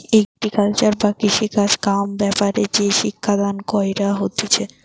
agriculture বা কৃষিকাজ কাম ব্যাপারে যে শিক্ষা দান কইরা হতিছে